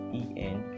en